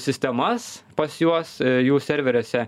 sistemas pas juos jų serveriuose